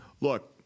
look